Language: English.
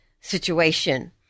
situation